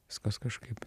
viskas kažkaip